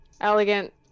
elegant